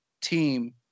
team